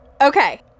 Okay